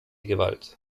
gewalt